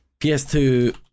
PS2